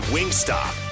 Wingstop